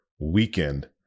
weekend